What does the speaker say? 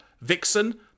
Vixen